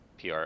PR